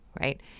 right